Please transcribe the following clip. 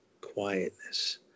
quietness